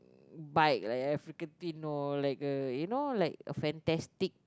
bike like African-Twin no like uh you know like a fantastic